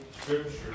scripture